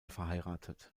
verheiratet